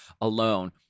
alone